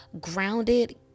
grounded